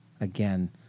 again